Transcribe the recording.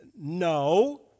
No